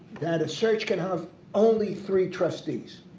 that a search can have only three trustees.